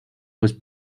was